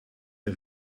der